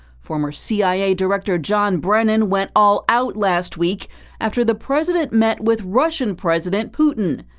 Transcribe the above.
former c i a. director john brennan went all out last week after the president met with russian president putin.